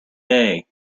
day